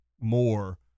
more